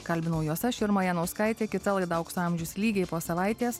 kalbinau juos aš irma janauskaitė kita laida aukso amžius lygiai po savaitės